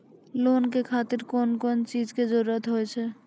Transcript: Loan के खातिर कौन कौन चीज के जरूरत हाव है?